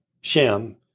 Shem